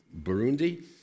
Burundi